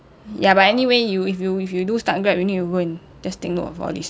ya but anyway you if you if you do start grab you need to go and just take note of all this